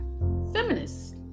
feminists